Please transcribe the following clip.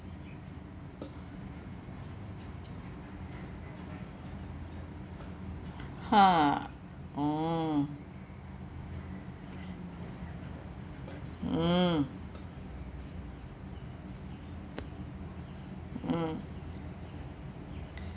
ha oh mm mm